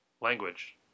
language